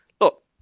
look